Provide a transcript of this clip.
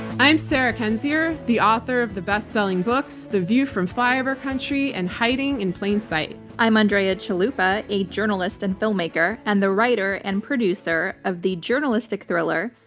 i'm sarah kendzior, the author of the best selling books the view from flyover country and hiding in plain sight. i'm andrea chalupa, a journalist and filmmaker, and the writer and producer of the journalistic thriller,